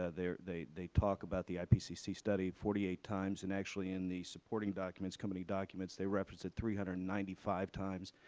ah they they talk about the ipcc study forty eight times, and actually in the supporting documents, company documents they reference it three hundred and ninety five times.